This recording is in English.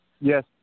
Yes